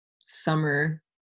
summer